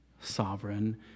sovereign